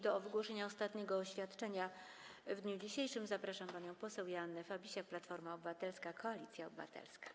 Do wygłoszenia ostatniego oświadczenia w dniu dzisiejszym zapraszam panią poseł Joannę Fabisiak, Platforma Obywatelska - Koalicja Obywatelska.